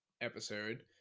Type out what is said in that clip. episode